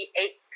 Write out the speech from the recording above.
eight